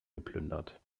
geplündert